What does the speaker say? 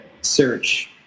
search